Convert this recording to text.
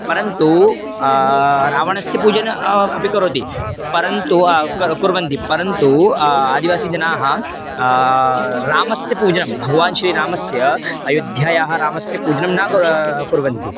परन्तु रावणस्य पूजनम् अपि करोति परन्तु कर्तुं कुर्वन्ति परन्तु आदिवासीजनाः रामस्य पूजनं भगवतः श्रीरामस्य अयोध्यायाः रामस्य पूजनं न कुर्वन्ति कुर्वन्ति